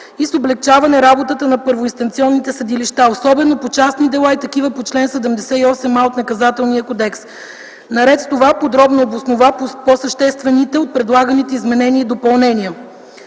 и с облекчаване работата на първоинстанционните съдилища, особено по частни дела и такива по чл. 78а от Наказателния кодекс. Наред с това подробно обоснова по-съществените от предлаганите изменения и допълнения.”